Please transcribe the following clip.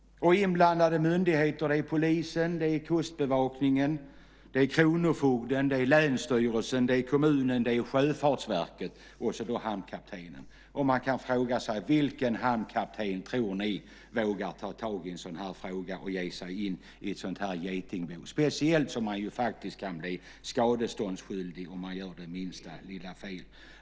Inblandade myndigheter är polisen, Kustbevakningen, kronofogden, länsstyrelsen, kommunen, Sjöfartsverket och hamnkaptenen. Man kan fråga sig vilken hamnkapten som vågar ta tag i en sådan här fråga och ge sig in i detta getingbo. Man kan ju faktiskt bli skadeståndsskyldig om man gör det minsta lilla fel.